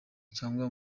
cyangwa